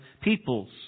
peoples